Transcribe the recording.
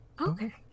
Okay